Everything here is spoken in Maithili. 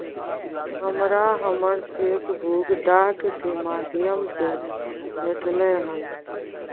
हमरा हमर चेक बुक डाक के माध्यम से भेटलय हन